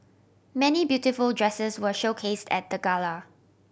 many beautiful dresses were showcase at the gala